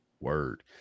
word